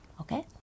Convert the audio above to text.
Okay